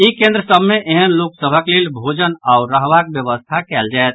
ई केन्द्र सभ मे एहेन लोक सभक लेल भोजन आओर रहबाक व्यवस्था कयल जायत